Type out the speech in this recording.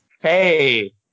Hey